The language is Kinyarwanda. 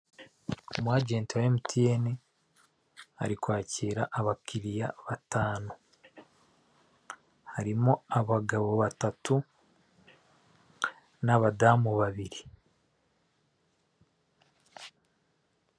Umu ajenti wa emutiyene ari kwakira abakiliya batanu, harimo abagabo batatu n'abadamu babiri.